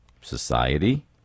Society